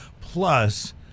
plus